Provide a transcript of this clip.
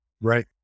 right